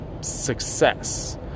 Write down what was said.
success